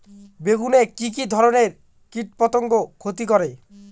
বেগুনে কি কী ধরনের কীটপতঙ্গ ক্ষতি করে?